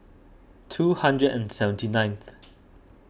two hundred and seventy nineth